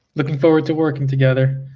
looking forward to working together.